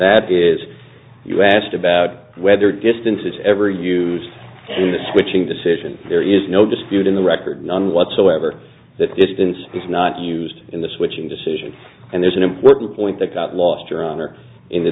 that is you asked about whether distance is ever used in the switching decision there is no dispute in the record none whatsoever that distance is not used in the switching decision and there's an important point that got lost your honor in the